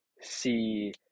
see